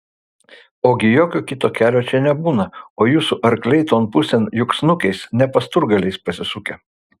ogi jokio kito kelio čia nebūna o jūsų arkliai ton pusėn juk snukiais ne pasturgaliais pasisukę